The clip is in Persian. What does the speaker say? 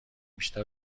بیشتر